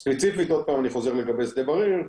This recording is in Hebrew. ספציפית, עוד פעם אני חוזר לגבי שדה בריר,